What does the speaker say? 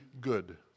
good